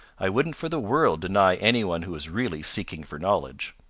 i wouldn't for the world deny any one who is really seeking for knowledge.